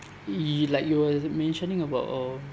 you like you were mentioning about oh